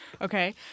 Okay